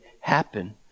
happen